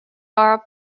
are